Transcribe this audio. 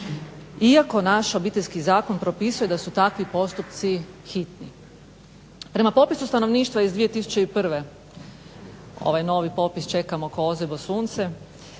iako naš Obiteljski zakon propisuje da su takvi postupci hitni. Prema popisu stanovništva iz 2001., ovaj novi popis čekamo kao ozeblo sunce,